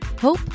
hope